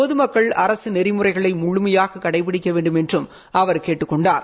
பொதுமக்கள் அரசு நெறிமுறைகளை முழுமையாக கடைபிடிக்க வேண்டுமென்றும் அவர் கேட்டுக் கொண்டார்